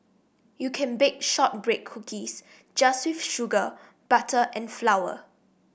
you can bake shortbread cookies just with sugar butter and flour